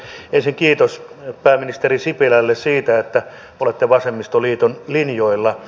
ensin kiitos pääministeri sipilälle siitä että olette vasemmistoliiton linjoilla